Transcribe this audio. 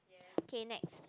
okay next